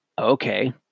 Okay